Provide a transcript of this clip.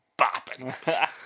bopping